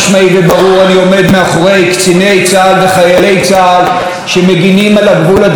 עומד מאחורי קציני צה"ל וחיילי צה"ל שמגינים על הגבול הדרומי שלנו,